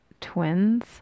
twins